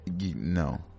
No